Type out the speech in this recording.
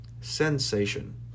Sensation